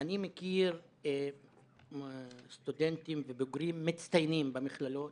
אני מכיר סטודנטים ובוגרים מצטיינים במכללות,